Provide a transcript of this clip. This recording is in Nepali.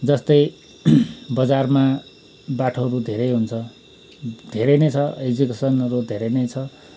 जस्तै बजारमा बाठोहरू धेरै हुन्छ धेरै नै छ एजुकेसनहरू धेरै नै छ